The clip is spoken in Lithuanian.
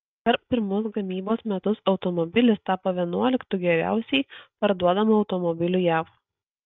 per pirmus gamybos metus automobilis tapo vienuoliktu geriausiai parduodamu automobiliu jav